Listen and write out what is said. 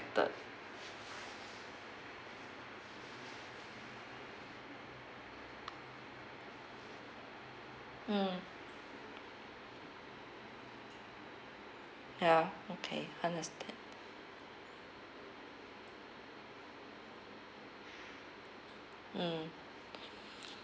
expected mm ya okay understand mm